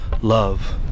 love